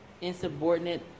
insubordinate